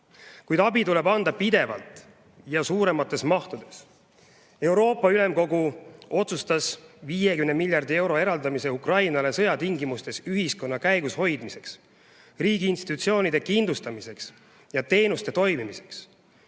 Kuid abi tuleb anda pidevalt ja suuremates mahtudes. Euroopa Ülemkogu otsustas 50 miljardi euro eraldamise Ukrainale sõjatingimustes ühiskonna käigus hoidmiseks, riigi institutsioonide kindlustamiseks ja teenuste toimimiseks.